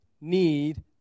need